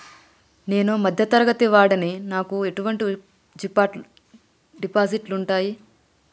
నేను మధ్య తరగతి వాడిని నాకు ఎటువంటి డిపాజిట్లు ఉంటయ్?